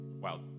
Wow